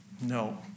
No